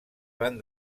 van